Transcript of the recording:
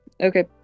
Okay